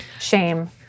shame